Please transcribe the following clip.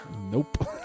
Nope